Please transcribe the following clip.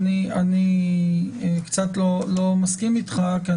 אני קצת לא מסכים איתך כי,